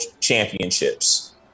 championships